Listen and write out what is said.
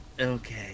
okay